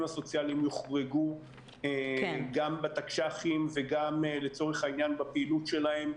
הסוציאליים יוחרגו גם בתקש"חים וגם לצורך העניין בפעילות שלהם.